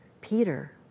Peter